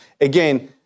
Again